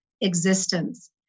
existence